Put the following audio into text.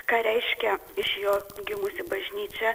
ką reiškia iš jo gimusi bažnyčia